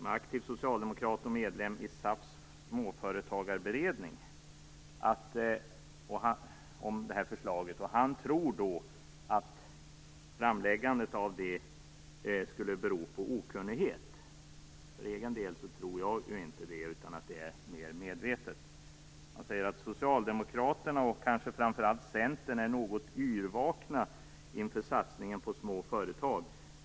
Han är aktiv socialdemokrat och medlem i SAF:s småföretagarberedning. Han tror att framläggandet av förslaget beror på okunnighet. För egen del tror jag inte att det är så utan att det är mer medvetet. Han säger att Socialdemokraterna och kanske framför allt Centern är något yrvakna inför satsningen på små företag.